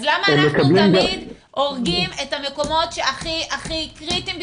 אז למה תמיד אנחנו הורגים את המקומות שהכי הכי קריטיים בשבילנו?